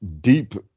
deep